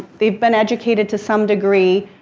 they've been educated to some degree.